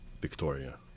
Victoria